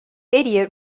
idiot